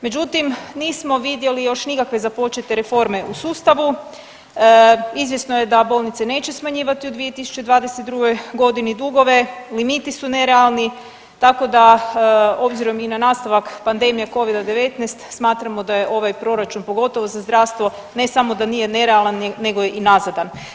Međutim, nismo vidjeli još nikakve započete reforme u sustavu, izvjesno je da bolnice neće smanjivati u 2022.g. dugove, limiti su nerealni, tako da obzirom i na nastavak pandemije Covid-19 smatramo da je ovaj proračun pogotovo za zdravstvo ne samo da nije nerealan nego je i nazadan.